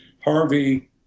Harvey